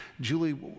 Julie